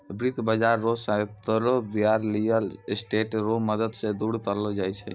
वित्त बाजार रो सांकड़ो दायरा रियल स्टेट रो मदद से दूर करलो जाय छै